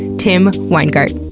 tim winegard.